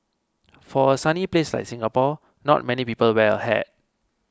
for a sunny place like Singapore not many people wear a hat